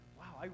wow